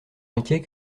inquiet